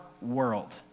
world